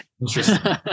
Interesting